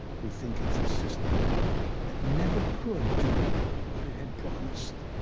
who think it's a system that never could do what it had promised.